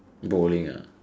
bowling ah